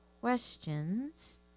questions